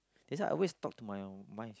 that's why I always talk to my my